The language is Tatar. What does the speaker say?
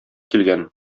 килгән